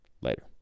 Later